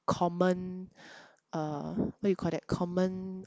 common uh what you call that common